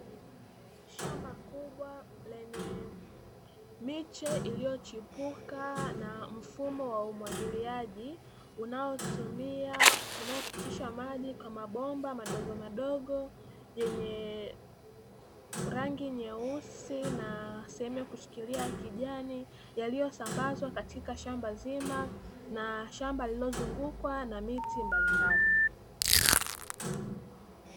Shamba kubwa lenye miche iliyochipuka na mfumo wa umwagiliaji unaotumia maji kama bomba madogo madogo yenye rangi nyeusi, na sehemu ya kushikilia kijani yaliyosambazwa katika shamba zima na shamba lililozungukwa na miti mbalimbali.